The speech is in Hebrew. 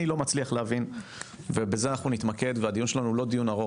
איני מבין וזה נתמקד והדיון שלנו אינו ארוך